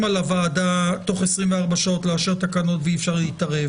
על הוועדה תוך 24 שעות לאשר תקנות ואי-אפשר להתערב.